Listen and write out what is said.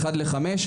אחד לחמישה,